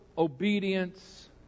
Obedience